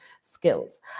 skills